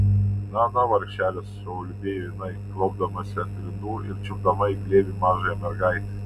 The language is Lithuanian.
na na vargšele suulbėjo jinai klaupdamasi ant grindų ir čiupdama į glėbį mažąją mergaitę